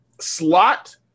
slot